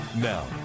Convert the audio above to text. Now